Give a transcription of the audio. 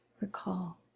recall